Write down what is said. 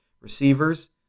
receivers